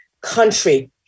country